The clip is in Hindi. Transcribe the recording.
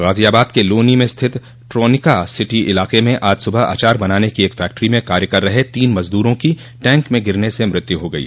गाजियाबाद के लोनी में स्थित ट्रोनिका सिटी इलाके में आज सुबह अचार बनाने की फक्ट्री में काम कर रहे तीन मजदूरों की टैंक में गिरने से मौत हो गयी